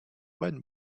when